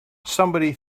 somebody